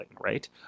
right